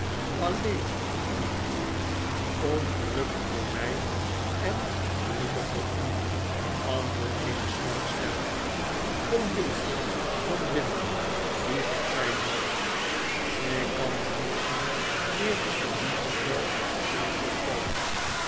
alleen lievertje ongelukkig voor my en gelukkig voor u antwoordt eene schorre stem rora binnen kom binnen wie gy zijn moogt ik kan u niet zien eer ik een lucifer heb aangestoken